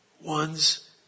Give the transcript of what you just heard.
Ones